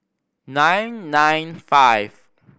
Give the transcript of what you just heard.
nine nine five